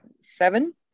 seven